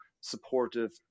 supportive